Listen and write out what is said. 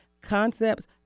concepts